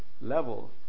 level